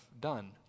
done